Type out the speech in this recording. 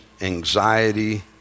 anxiety